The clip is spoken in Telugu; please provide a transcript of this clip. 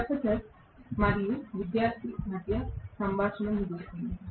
ప్రొఫెసర్ మరియు విద్యార్థి మధ్య సంభాషణ ముగుస్తుంది